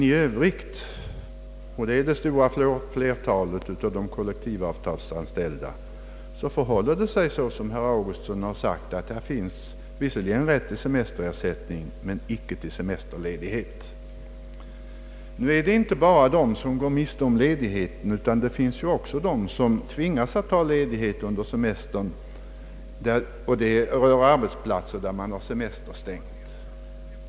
I övrigt — och det gäller det stora flertalet av de kollektivavtalsanställda — förhåller det sig som herr Augustsson sade, att det finns rätt till semesterersättning i den anställning som upphör, men icke till semesterledighet i den nya anställningen. Olägenheten gäller inte bara de som går miste om rätten till ledighet. Det finns också de som tvingas ta ledighet. Det rör arbetsplatser där man har semesterstängt.